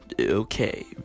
Okay